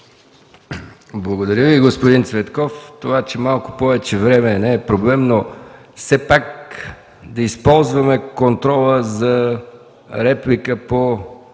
Благодаря Ви, господин Цветков. Това, че говорихте малко повече време, не е проблем, но все пак да използваме контрола за реплика по